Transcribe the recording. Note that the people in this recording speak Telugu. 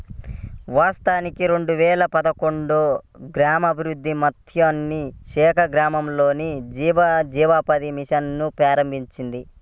వాస్తవానికి రెండు వేల పదకొండులో గ్రామీణాభివృద్ధి మంత్రిత్వ శాఖ గ్రామీణ జీవనోపాధి మిషన్ ను ప్రారంభించింది